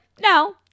no